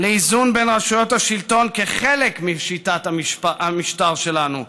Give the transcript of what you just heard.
לאיזון בין רשויות השלטון כחלק משיטת המשטר שלנו.